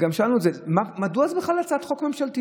וגם שאלנו את זה: מדוע זו בכלל הצעת חוק ממשלתית?